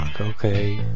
okay